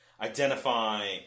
identify